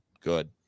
good